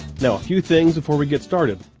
now a few things before we get started,